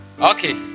Okay